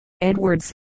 Edwards